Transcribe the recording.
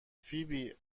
فیبی